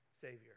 savior